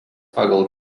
pagal